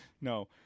No